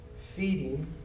feeding